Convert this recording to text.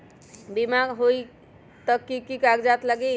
बिमा होई त कि की कागज़ात लगी?